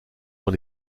dans